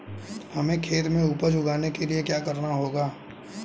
हमें खेत में उपज उगाने के लिये क्या करना होगा?